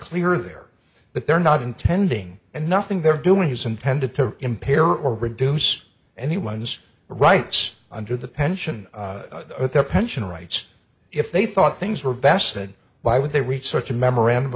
clear there but they're not intending and nothing they're doing is intended to impair or reduce anyone's rights under the pension their pension rights if they thought things were best and why would they reach such a memorandum